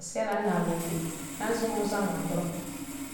selan nalun di a zamuzan angora